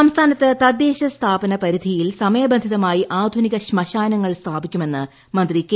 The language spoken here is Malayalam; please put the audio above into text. ജലീൽ സംസ്ഥാനത്ത് തദ്ദേശ സ്ഥാപന പരിധിയിൽ സമയബന്ധിതമായി ആധുനിക ശ്മശാനങ്ങൾ സ്ഥാപിക്കുമെന്ന് മന്ത്രി കെ